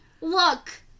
Look